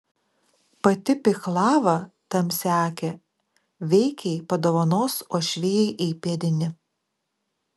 pati pihlava tamsiaakė veikiai padovanos uošvijai įpėdinį